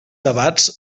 abats